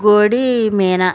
గోడి Meena